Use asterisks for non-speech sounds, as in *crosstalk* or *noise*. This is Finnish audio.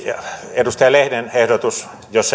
edustaja lehden ehdotus jos *unintelligible*